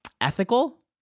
ethical